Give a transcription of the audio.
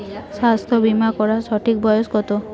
স্বাস্থ্য বীমা করার সঠিক বয়স কত?